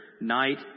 night